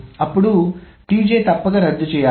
అప్పుడు Tj తప్పక రద్దు చెయ్యాలి